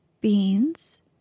beans